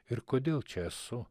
ir kodėl čia esu